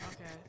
Okay